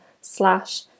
slash